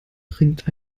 bringt